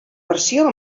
versió